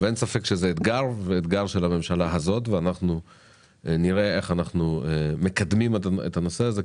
אין ספק שזה אתגר גם של הממשלה הזאת ואנחנו נראה איך לקדם את הנושא הזה.